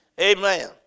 Amen